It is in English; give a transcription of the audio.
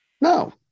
No